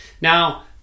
Now